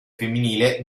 femminile